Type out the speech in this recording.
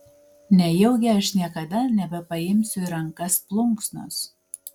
nejaugi aš niekada nebepaimsiu į rankas plunksnos